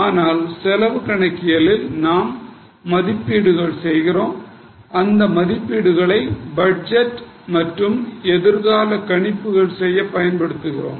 ஆனால் செலவு கணக்கியலில் நாம் மதிப்பீடுகள் செய்கிறோம் அந்த மதிப்பீடுகளை பட்ஜெட் மற்றும் எதிர்கால கணிப்புகள் செய்ய பயன்படுத்துகிறோம்